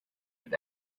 with